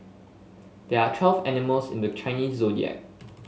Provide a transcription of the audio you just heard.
there are twelve animals in the Chinese Zodiac